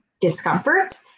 discomfort